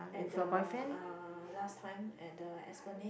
at the uh last time at the Esplanade